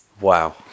Wow